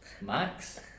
Max